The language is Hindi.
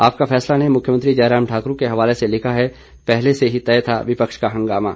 आपका फैसला ने मुख्यमंत्री जयराम ठाकूर के हवाले से लिखा है पहले से ही तय था विपक्ष का हंगामा